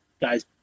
Guy's